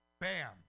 bam